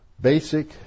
basic